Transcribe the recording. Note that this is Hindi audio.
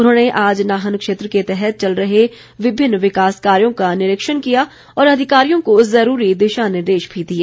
उन्होंने आज नाहन क्षेत्र के तहत चल रहे विभिन्न विकास कार्यो का निरीक्षण किया और अधिकारियों को जरूरी दिशा निर्देश भी दिए